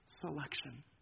Selection